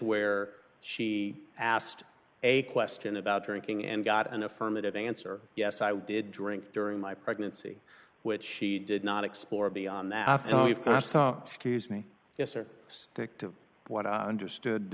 where she asked a question about drinking and got an affirmative answer yes i did drink during my pregnancy which she did not explore beyond that and i saw scuse me yes or stick to what i understood